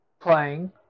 playing